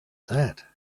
that